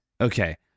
Okay